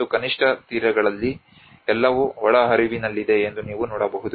ಮತ್ತು ಕನಿಷ್ಠ ತೀರಗಳಲ್ಲಿ ಎಲ್ಲವೂ ಒಳಹರಿವಿನಲ್ಲಿದೆ ಎಂದು ನೀವು ನೋಡಬಹುದು